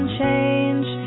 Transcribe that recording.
change